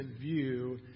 view